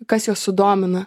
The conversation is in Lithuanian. kas juos sudomina